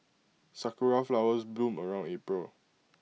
Sakura Flowers bloom around April